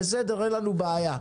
ואין לנו בעיה.